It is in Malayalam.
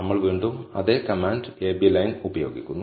നമ്മൾ വീണ്ടും അതേ കമാൻഡ് ab ലൈൻ ഉപയോഗിക്കുന്നു